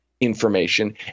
information